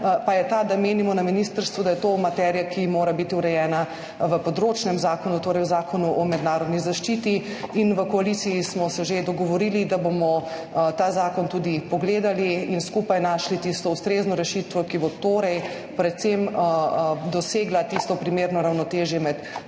ta, da menimo na ministrstvu, da je to materija, ki mora biti urejena v področnem zakonu, torej v Zakonu o mednarodni zaščiti. V koaliciji smo se že dogovorili, da bomo ta zakon tudi pogledali in skupaj našli tisto ustrezno rešitev, ki bo torej predvsem dosegla tisto primerno ravnotežje med